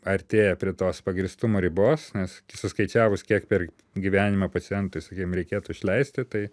artėja prie tos pagrįstumo ribos nes suskaičiavus kiek per gyvenimą pacientui sakykim reikėtų išleisti tai